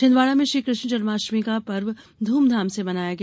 छिंदवाड़ा में श्री कृष्ण जन्माष्टमी का पर्व ध्रमधाम से मनाया गया